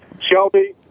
Shelby